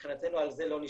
ומבחינתנו על זה לא נשקוט.